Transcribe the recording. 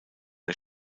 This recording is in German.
der